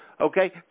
okay